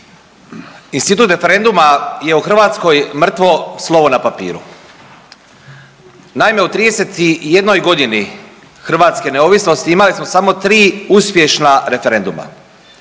Institut referenduma je u Hrvatskoj mrtvo slovo na papiru. Naime, u 31 godini hrvatske neovisnosti imali smo samo tri uspješna referenduma,